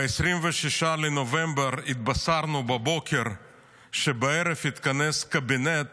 ב-26 בנובמבר בבוקר התבשרנו שבערב התכנס הקבינט